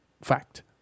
Fact